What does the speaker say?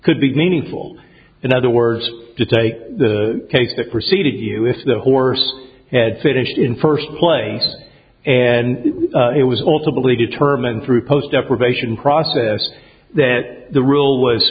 could big meaningful in other words to take the case that proceeded you if the horse had finished in first place and it was also believe determined through post deprivation process that the rule was